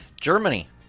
Germany